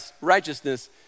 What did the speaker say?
righteousness